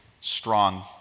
strong